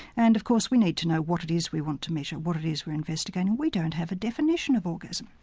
and of course we need to know what it is we want to measure, what it is we are investigating, we don't have a definition of orgasm.